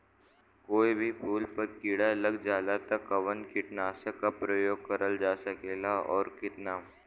कोई भी फूल पर कीड़ा लग जाला त कवन कीटनाशक क प्रयोग करल जा सकेला और कितना?